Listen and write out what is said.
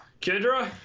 Kendra